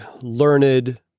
learned